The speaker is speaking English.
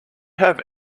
have